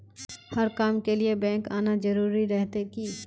हर काम के लिए बैंक आना जरूरी रहते की?